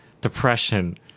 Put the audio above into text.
depression